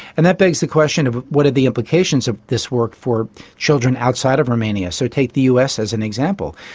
and that begs the question of what are the implications of this work for children outside of romania? so take the us as an example.